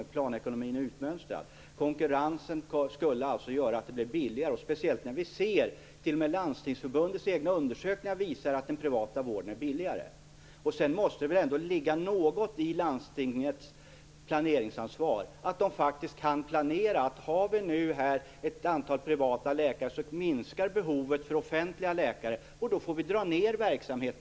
Planekonomin är utmönstrad. Konkurrensen gör att det blir billigare. T.o.m. Landstingsförbundets egna undersökningar visar att den privata vården är billigare. Det måste väl ändå ligga något i landstingens planeringsansvar. Om det finns ett antal privata läkare, minskar behovet av offentliga läkare. Då får man dra ned på verksamheten.